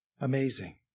Amazing